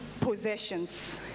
possessions